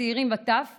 צעירים וטף,